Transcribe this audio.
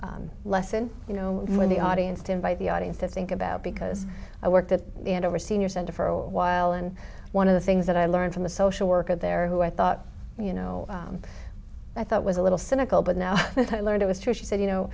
know lesson you know when the audience to invite the audience to think about because i work that and over senior center for a while and one of the things that i learned from a social worker there who i thought you know i thought was a little cynical but now i learned it was true she said you know